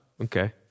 okay